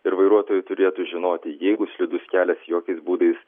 ir vairuotojai turėtų žinoti jeigu slidus kelias jokiais būdais